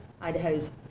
Idaho's